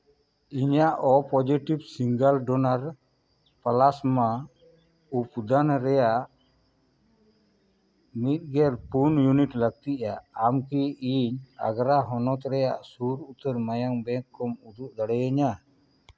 ᱤᱧᱟᱹᱜ O positive single donor plasma ᱩᱯᱫᱟᱱ ᱨᱮᱭᱟᱜ ᱢᱤᱫ ᱜᱮᱞ ᱯᱩᱱ ᱤᱭᱩᱱᱤᱴ ᱞᱟᱹᱠᱛᱤᱭᱟ ᱟᱢ ᱠᱤ ᱤᱧ ᱟᱜᱽᱨᱟ ᱦᱚᱱᱚᱛ ᱨᱮᱭᱟᱜ ᱥᱩᱨ ᱩᱛᱟᱹᱨ ᱢᱟᱭᱟᱢ ᱵᱮᱝᱠ ᱠᱚᱢ ᱩᱫᱩᱜ ᱫᱟᱲᱮ ᱟᱹᱧᱟ